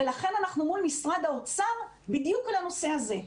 ולכן אנחנו מול משרד האוצר בדיוק על הנושא הזה.